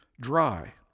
dry